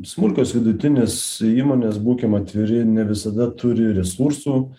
smulkios vidutinės įmonės būkim atviri ne visada turi resursų